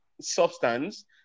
substance